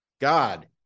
God